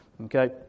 okay